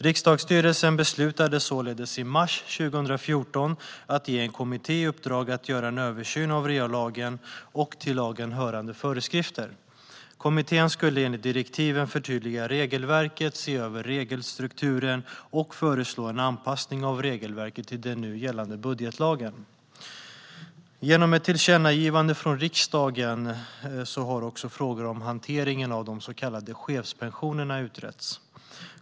Riksdagsstyrelsen beslutade således i mars 2014 att ge en kommitté i uppdrag att göra en översyn av REA-lagen och till lagen hörande föreskrifter. Kommittén skulle enligt direktiven förtydliga regelverket, se över regelstrukturen och föreslå en anpassning av regelverket till den nu gällande budgetlagen. Genom ett tillkännagivande från riksdagen har också frågor om hanteringen av de så kallade chefspensionerna utretts.